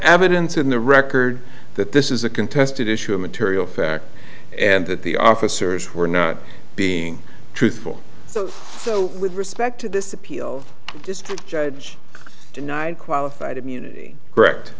evidence in the record that this is a contested issue a material fact and that the officers were not being truthful so with respect to this appeal this judge denied qualified immunity correct